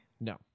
No